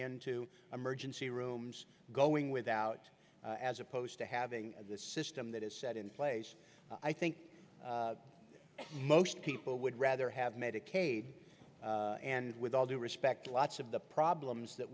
into emergency rooms going without as opposed to having the system that is set in place i think most people would rather have medicaid and with all due respect lots of the problems that